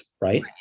right